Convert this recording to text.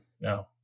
No